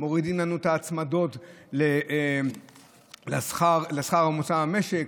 מורידים לנו את ההצמדות לשכר הממוצע במשק,